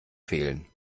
fehlen